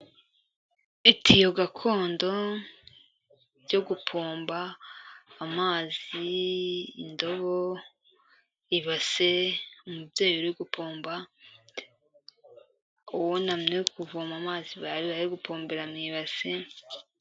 Itiyo gakondo ryo gupomba amazi, indobo, ibase, umubyeyi uri gupomba wunamye uri kuvoma amazi bari bari gupombera mu ibase.